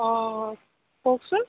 অঁ কওঁকচোন